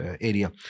area